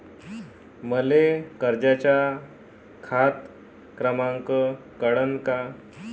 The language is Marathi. मले कर्जाचा खात क्रमांक कळन का?